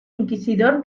inquisidor